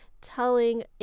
telling